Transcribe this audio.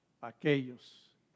aquellos